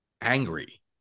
angry